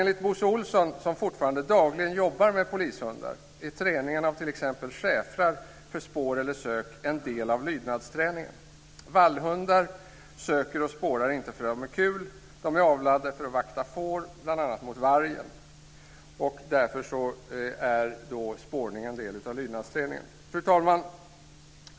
Enligt Bosse Olsson, som fortfarande dagligen jobbar med polishundar, är träning av t.ex. schäfrar för spår eller sök en del av lydnadsträningen. Vallhundar söker och spårar inte för att för att det är kul. De är avlade för att vakta får mot bl.a. vargen. Därför är spårning en del av lydnadsträningen. Fru talman!